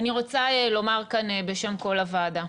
אני רוצה לומר כאן בשם כל הוועדה.